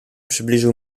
przybliżył